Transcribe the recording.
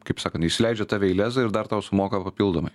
kaip sakan įsileidžia tave į lezą ir dar tau sumoka papildomai